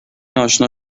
اشنا